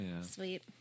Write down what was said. sweet